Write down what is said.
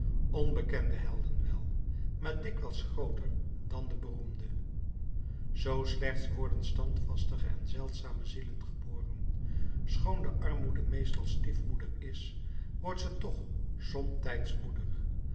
onbekende helden wel maar dikwijls grooter dan de beroemde z slechts worden standvastige en zeldzame zielen geboren schoon de armoede meestal stiefmoeder is wordt ze toch somtijds moeder